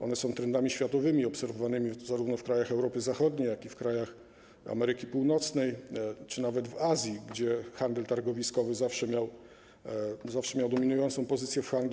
One są trendami światowymi, obserwowanymi zarówno w krajach Europy Zachodniej, jak i w krajach Ameryki Północnej czy nawet w Azji, gdzie handel targowiskowy zawsze miał dominującą pozycję w handlu.